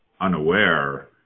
unaware